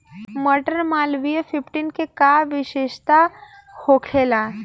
मटर मालवीय फिफ्टीन के का विशेषता होखेला?